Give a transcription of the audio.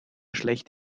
schlecht